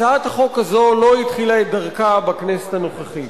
הצעת החוק הזאת לא התחילה את דרכה בכנסת הנוכחית.